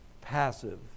passive